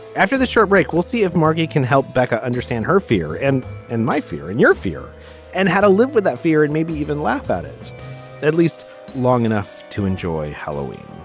after this short break we'll see if margie can help becca understand her fear and and my fear and your fear and how to live with that fear and maybe even laugh at it at least long enough to enjoy halloween